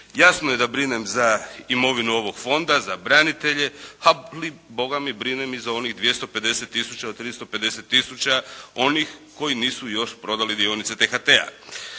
Jasno je da brinem za imovinu ovog fonda, za branitelje ali bogami brinem i za onih 250 tisuća, 350 tisuća onih koji nisu još prodali dionice T-HT-a.